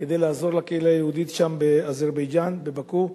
כדי לעזור לקהילה היהודית שם באזרבייג'ן, בבאקו,